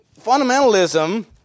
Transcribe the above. fundamentalism